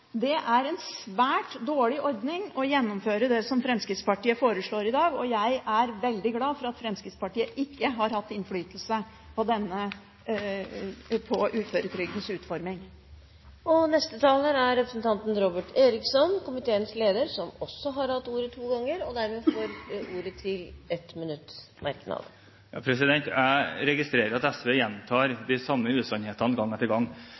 det er en svært dårlig ordning å gjennomføre det som Fremskrittspartiet foreslår i dag, og jeg er veldig glad for at Fremskrittspartiet ikke har hatt innflytelse på uføretrygdens utforming. Representanten Robert Eriksson har hatt ordet to ganger og får ordet til en kort merknad, begrenset til 1 minutt. Jeg registrerer at SV gjentar de samme usannhetene gang etter gang.